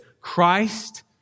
Christ